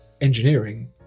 engineering